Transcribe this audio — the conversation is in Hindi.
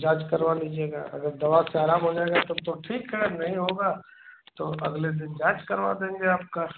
जाँच करवा लीजिएगा अगर दवा से आराम हो जाएगा तब तो ठीक है नहीं होगा तो अगले दिन जाँच करवा देंगे आपका